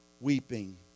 weeping